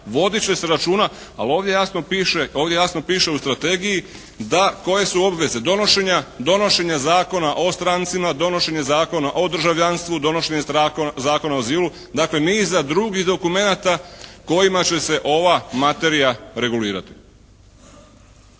ali ovdje jasno piše, ovdje jasno piše u strategiji da koje su obveze donošenja, donošenja Zakona o strancima, donošenje Zakona o državljanstvu, donošenje Zakona o azilu. Dakle niza drugih dokumenata kojima će se ova materija regulirati.